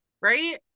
Right